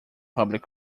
public